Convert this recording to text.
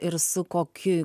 ir su kokiu